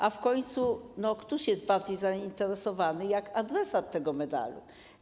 A w końcu któż jest bardziej zainteresowany niż adresat tego medalu?